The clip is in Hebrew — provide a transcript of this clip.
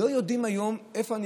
לא יודעים היום איפה,